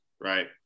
right